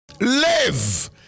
Live